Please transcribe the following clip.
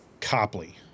Copley